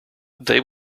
they